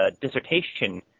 dissertation